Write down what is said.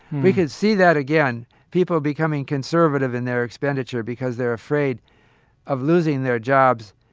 we can see that again people becoming conservative in their expenditure because they're afraid of losing their jobs.